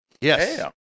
Yes